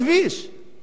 עמיתי לעבודה,